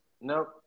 Nope